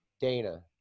Dana